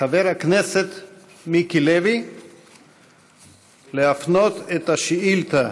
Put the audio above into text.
חבר הכנסת מיקי לוי להפנות את השאילתה